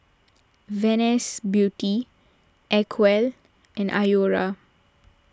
Venus Beauty Acwell and Iora